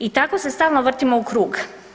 I tako se stalno vrtimo u krug.